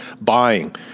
buying